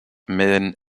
mène